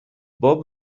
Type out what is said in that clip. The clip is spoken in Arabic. بوب